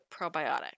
probiotic